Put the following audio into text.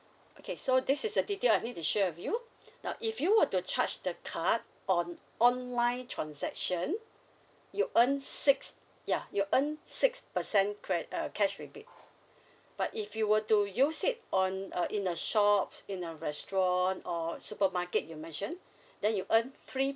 okay so this is a detail I need to share with you now if you were to charge the card on online transaction you earn six ya you earn six percent cre~ uh cash rebate but if you were to use it on uh in the shops in a restaurant or supermarket you mentioned then you earn three